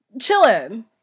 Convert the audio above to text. chilling